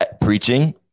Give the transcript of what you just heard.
Preaching